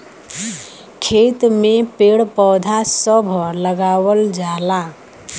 खेत में पेड़ पौधा सभ लगावल जाला